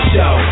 Show